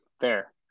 Fair